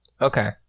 Okay